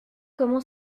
comment